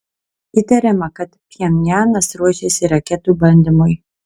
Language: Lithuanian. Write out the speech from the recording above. įtariama kad pchenjanas ruošiasi raketų bandymui